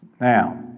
Now